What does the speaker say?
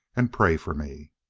and pray for me.